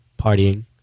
partying